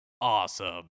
awesome